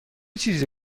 چیزی